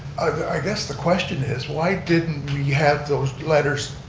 i guess the question is why didn't you have those letters